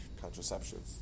contraception